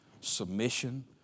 Submission